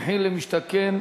מחיר למשתכן